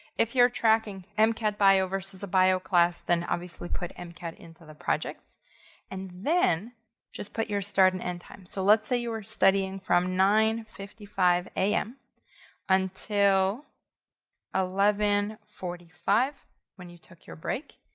if you're tracking and mcat bio versus a bio class then obviously put mcat into the projects and then just put your start and end time. so let's say you were studying from nine fifty five am until eleven forty five when you took your break.